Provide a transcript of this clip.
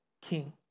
king